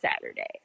Saturday